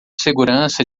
segurança